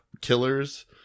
killers